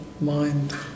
mind